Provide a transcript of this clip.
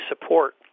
support